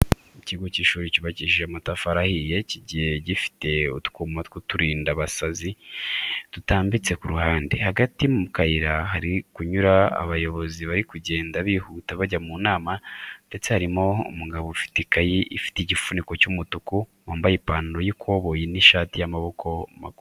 Ikigo cy'ishuri cyubakishije amatafari ahiye kigiye gifite utwuma tw'uturindabasazi dutambitse ku ruhande, hagati mu kayira hari kunyuramo abayobozi bari kugenda bihuta bajya mu nama ndetse harimo umugabo ufite ikayi ifite igifuniko cy'umutuku wambaye ipantaro y'ikoboyi n'ishati y'amaboko magufi.